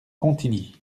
contigny